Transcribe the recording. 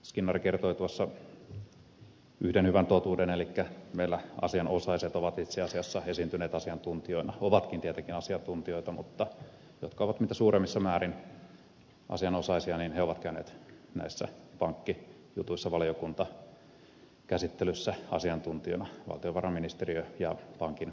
skinnari kertoi tuossa yhden hyvän totuuden elikkä meillä asianosaiset ovat itse asiassa esiintyneet asiantuntijoina ovatkin tietenkin asiantuntijoita mutta jotka ovat mitä suuremmassa määrin asianosaisia niin he ovat käyneet näissä pankkijutuissa valiokuntakäsittelyssä asiantuntijoina valtiovarainministeriön ja pankin edustajat